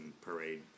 parade